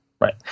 Right